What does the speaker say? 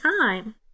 time